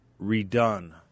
redone